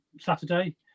Saturday